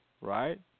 right